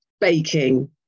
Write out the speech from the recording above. baking